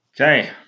Okay